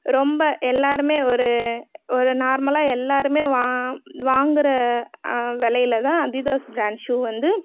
ரொம்ப எல்லோருமே ஒரு ஒரு நார்மலாக எல்லோருமே வாங் வாங்குகிற விலையிலதான் அதிதாஸ் பிராண்ட் ஷூ வந்து